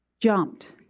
jumped